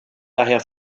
daher